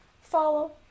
follow